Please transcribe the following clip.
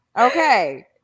Okay